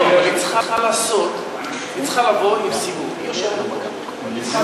היא צריכה לעשות סיבוב שלם,